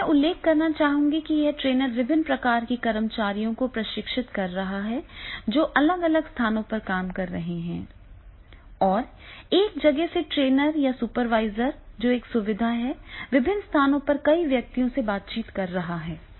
यहाँ मैं यह उल्लेख करना चाहूंगा कि यह ट्रेनर विभिन्न प्रकार के कर्मचारियों को प्रशिक्षित कर रहा है जो अलग अलग स्थानों पर काम कर रहे हैं और एक जगह से ट्रेनर या सुपरवाइजर जो एक सुविधा है विभिन्न स्थानों पर कई व्यक्तियों से बातचीत कर रहा है